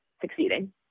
succeeding